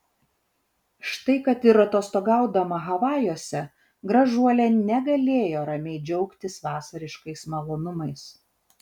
štai kad ir atostogaudama havajuose gražuolė negalėjo ramiai džiaugtis vasariškais malonumais